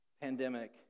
pandemic